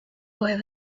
boy